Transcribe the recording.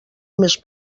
més